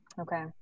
Okay